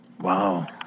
Wow